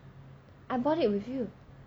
I bought it with you